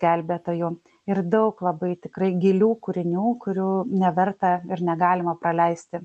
gelbėtojų ir daug labai tikrai gilių kūrinių kurių neverta ir negalima praleisti